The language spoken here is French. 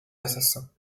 assassins